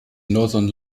northern